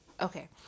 Okay